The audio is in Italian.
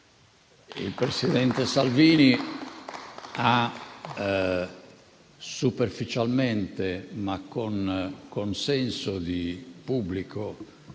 Il presidente Salvini ha superficialmente, ma con consenso di pubblico